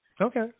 Okay